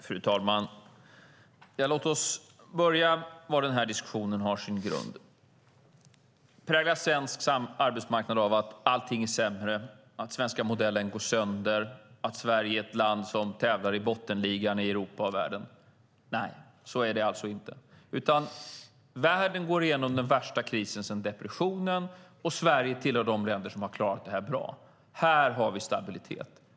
Fru talman! Låt oss börja där den här diskussionen har sin grund. Präglas svensk arbetsmarknad av att allting är sämre, av att den svenska modellen går sönder och av att Sverige är ett land som tävlar i bottenligan i Europa och världen? Nej, så är det inte. Världen går igenom den värsta krisen sedan depressionen, och Sverige är ett av de länder som har klarat det här bra. Här har vi stabilitet.